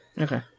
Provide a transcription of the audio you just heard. Okay